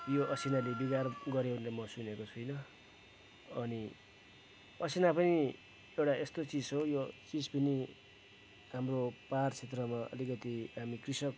यो असिनाले बिगार गऱ्यो भनेर म सुनेको छुइनँ अनि असिना पनि एउटा यस्तो चिज हो यो चिज पनि हाम्रो पाहाड क्षेत्रमा अलिकति हामी कृषक